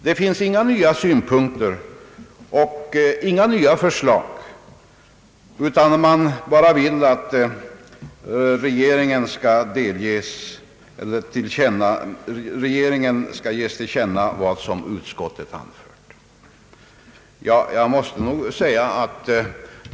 Det finns inga nya synpunkter och inga nya förslag utan man bara vill att regeringen skall ges till känna vad utskottet anfört.